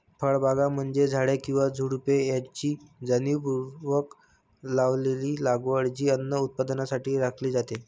फळबागा म्हणजे झाडे किंवा झुडुपे यांची जाणीवपूर्वक लावलेली लागवड जी अन्न उत्पादनासाठी राखली जाते